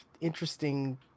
interesting